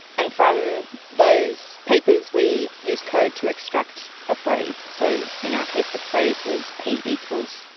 and from those papers we use code to extract a phrase. so in our case the phrase was p equal,